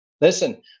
Listen